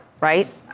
Right